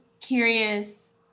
curious